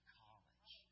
college